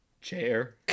chair